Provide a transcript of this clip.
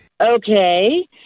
Okay